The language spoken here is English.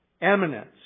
eminence